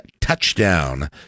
touchdown